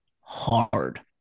hard